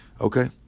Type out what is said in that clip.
Okay